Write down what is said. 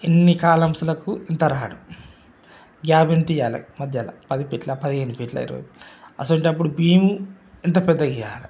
ఇన్ని కాలమ్స్లకు ఇంత రాడు గ్యాప్ ఎంత ఇవ్వాలి మధ్యలో పది ఫీట్ల పదిహేను ఫీట్ల ఇరవై అటువంటప్పుడు భీము ఎంత పెద్దది ఇవ్వాలి